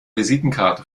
visitenkarte